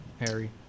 Harry